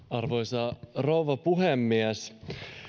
arvoisa rouva puhemies